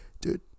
dude